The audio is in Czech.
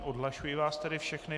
Odhlašuji vás tedy všechny.